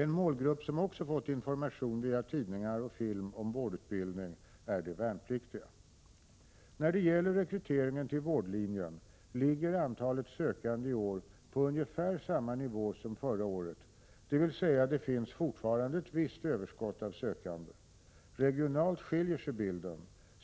En målgrupp som också fått information via tidningar och film om vårdutbildning är de värnpliktiga. När det gäller rekryteringen till vårdlinjen ligger antalet sökande i år på ungefär samma nivå som förra året, dvs. det finns fortfarande ett visst överskott av sökande. Regionalt skiljer sig bilden;